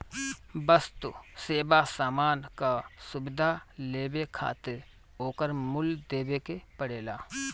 वस्तु, सेवा, सामान कअ सुविधा लेवे खातिर ओकर मूल्य देवे के पड़ेला